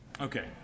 Okay